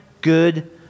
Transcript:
good